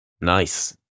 nice